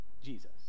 jesus